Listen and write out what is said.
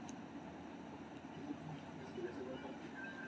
beans, मसूर, मटर आ चना फली छियै, जेकर सूखल बिया सं दालि बनै छै